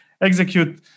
execute